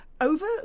over